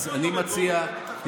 אז תעבירו אותו בטרומית,